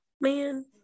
man